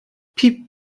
piep